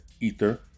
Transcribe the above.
Ether